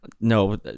No